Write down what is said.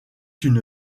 une